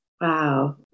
Wow